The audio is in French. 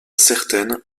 certaine